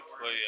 play